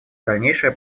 дальнейшая